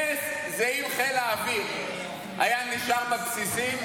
נס זה אם חיל האוויר היה נשאר בבסיסים,